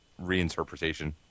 reinterpretation